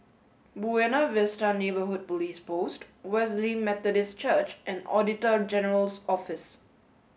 Buona Vista Neighbourhood Police Post Wesley Methodist Church and Auditor General's Office